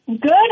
Good